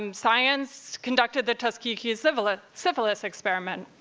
um science conducted the tuskegee syphilis syphilis experiment.